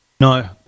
No